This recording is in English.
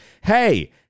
Hey